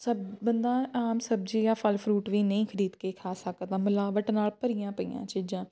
ਸਬ ਬੰਦਾ ਆਮ ਸਬਜ਼ੀ ਜਾਂ ਫਲ ਫਰੂਟ ਵੀ ਨਹੀਂ ਖਰੀਦ ਕੇ ਖਾ ਸਕਦਾ ਮਿਲਾਵਟ ਨਾਲ ਭਰੀਆਂ ਪਈਆਂ ਚੀਜ਼ਾਂ